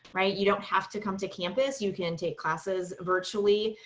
right? you don't have to come to campus. you can take classes virtually